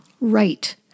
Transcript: Right